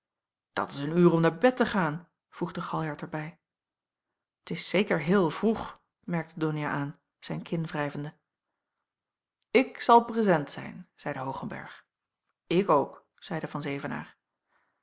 dat is een uur om naar bed te gaan voegde galjart er bij t is zeker heel vroeg merkte donia aan zijn kin wrijvende ik zal prezent zijn zeide hoogenberg ik ook zeide van zevenaer